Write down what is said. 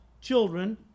children